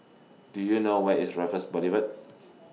Do YOU know Where IS Raffles Boulevard